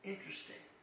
Interesting